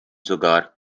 sogar